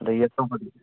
ꯑꯗꯒꯤ ꯑꯇꯣꯞꯄꯗꯤ